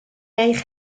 eich